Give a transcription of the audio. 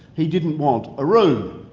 he didn't want a room,